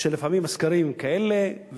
שלפעמים הסקרים הם כאלה,